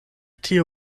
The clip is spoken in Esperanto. tiu